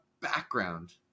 background